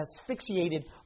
asphyxiated